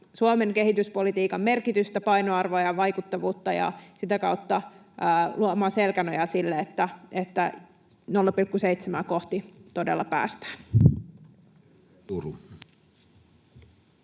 Suomen kehityspolitiikan merkitystä, painoarvoa ja vaikuttavuutta ja sitä kautta luomaan selkänojaa sille, että 0,7:ää kohti todella päästään.